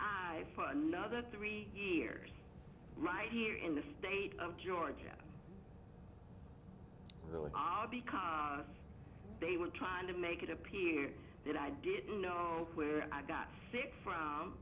i for another three years right here in the state of georgia because they were trying to make it appear that i didn't know where i got sick from